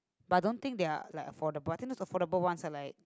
but don't think they are like affordable I think those affordable ones are like